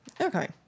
Okay